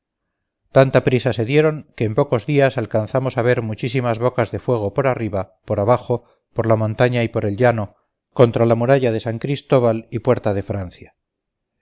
tanta prisa se dieron que en pocos días alcanzamos a ver muchísimas bocas de fuego por arriba por abajo por la montaña y por el llano contra la muralla de san cristóbal y puerta de francia